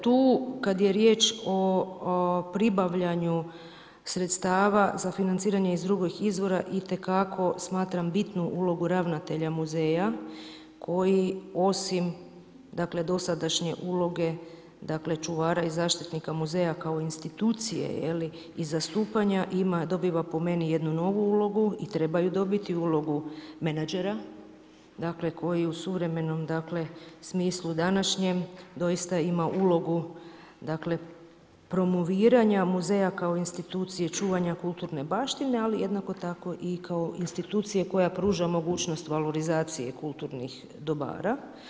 Tu kad je riječ o pribavljanju sredstava za financiranje iz drugih izvora itekako smatram bitnu ulogu ravnatelja muzeja koji osim, dakle dosadašnje uloge, dakle čuvara i zaštitnika muzeja kao institucije i zastupanja ima, dobiva po meni jednu novu ulogu i treba dobiti ulogu menagera koji u suvremenom, dakle smislu današnjem doista ima ulogu, dakle promoviranja muzeja kao institucije čuvanja kulturne baštine, ali jednako tako i institucije koja pruža mogućnost valorizacije kulturnih dobara.